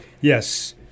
Yes